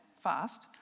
fast